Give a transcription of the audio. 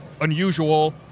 unusual